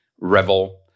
revel